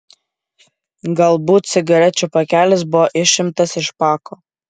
galbūt cigarečių pakelis buvo išimtas iš pako